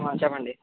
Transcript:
చెప్పండి